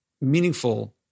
meaningful